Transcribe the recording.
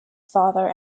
father